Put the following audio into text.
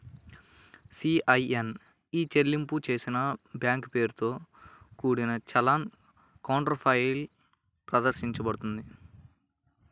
CIN e చెల్లింపు చేసిన bank పేరుతో కూడిన చలాన్ కౌంటర్ఫాయిల్ ప్రదర్శించబడుతుంది